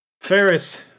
ferris